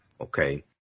okay